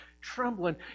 trembling